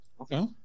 Okay